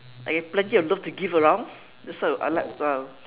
like you have plenty of love to give around that's why I I like ah